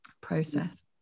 process